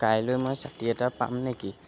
কাইলৈ মই ছাতি এটা পাম নেকি